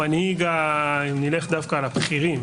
נלך דווקא על הבכירים,